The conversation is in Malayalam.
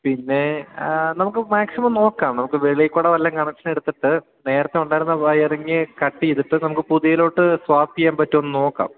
പിന്നെ നമുക്ക് മാക്സിമം നോക്കാം നമുക്ക് വെളിയില് കുടെ വല്ലതും കണക്ഷനെടുത്തിട്ട് നേരത്തെയുണ്ടായിരുന്ന വയറിംഗ് കട്ട് ചെയ്തിട്ട് നമുക്ക് പുതിയതിലേക്ക് സ്വാപ്പ് ചെയ്യാന് പറ്റുമോയെന്ന് നോക്കാം